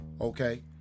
Okay